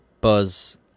Buzz